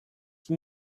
them